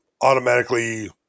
automatically